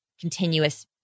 continuous